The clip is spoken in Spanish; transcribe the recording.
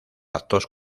actos